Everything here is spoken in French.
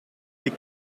des